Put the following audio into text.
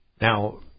Now